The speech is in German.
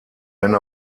wenn